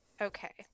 Okay